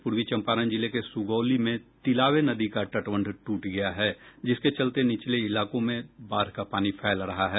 पूर्वी चंपारण जिले के सुगौली में तिलावे नदी का तटबंध टूट गया है जिसके चलते निचले इलाकों में बाढ़ का पानी फैल रहा है